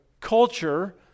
culture